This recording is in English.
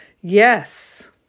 Yes